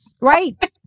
Right